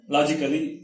Logically